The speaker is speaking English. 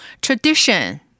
Tradition